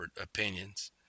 opinions